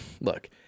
look